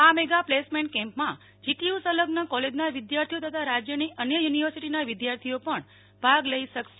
આ mega placement કેમ્પમાં GTU સંલઝ્ન કૉલેજના વિદ્યાર્થીઓ તથા રાજ્યની અન્ય યુનિવર્સિટીના વિદ્યાર્થીઓ પણ ભાગ લઈ શકશે